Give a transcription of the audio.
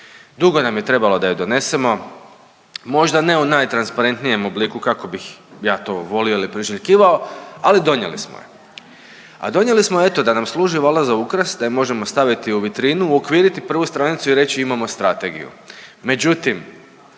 Dugo nam je trebalo da je donesemo možda ne u najtransparentnijem obliku kako bih ja to volio ili priželjkivao, ali donijeli smo je. A donijeli smo eto da nam služi valjda za ukras da je možemo staviti u vitrinu, uokviriti prvu stranicu i reći imamo strategiju.